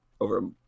over